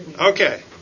Okay